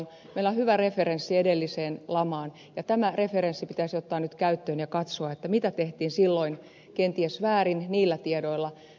meillä on hyvä referenssi edelliseen lamaan ja tämä referenssi pitäisi ottaa nyt käyttöön ja katsoa mitä tehtiin silloin kenties väärin niillä tiedoilla